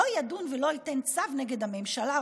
לא ידון ולא ייתן צו נגד הממשלה,